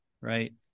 right